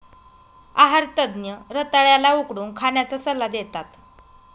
आहार तज्ञ रताळ्या ला उकडून खाण्याचा सल्ला देतात